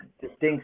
distinct